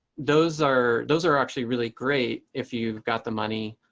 those are those are actually really great if you've got the money.